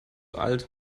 alt